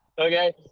okay